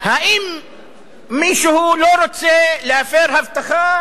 האם מישהו לא רוצה להפר הבטחה